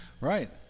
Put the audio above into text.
Right